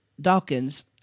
Dawkins